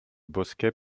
bosquet